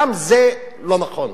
גם זה לא נכון,